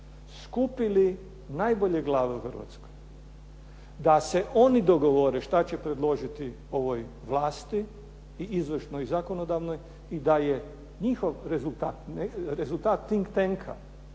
skupili najbolje glave u Hrvatskoj da se oni dogovore što će predložiti ovoj vlasti i izvršnoj i zakonodavnoj i da je njihov rezultat … /Govornik